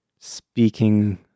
speaking